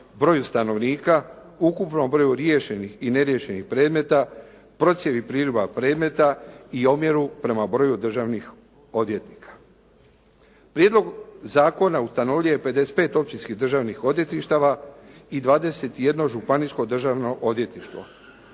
broju stanovnika, ukupnom broju riješenih i neriješenih predmeta, procjeni priliva predmeta i omjeru prema broju državnih odvjetnika. Prijedlog zakona ustanovljuje 55 općinskih državnih odvjetništava i 21 županijsko državno odvjetništvo.